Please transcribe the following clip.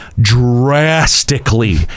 drastically